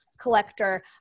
collector